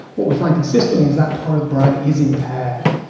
what we find consistently is that part of the brain is impaired.